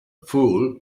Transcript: fool